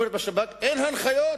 אומרים: בשב"כ אין הנחיות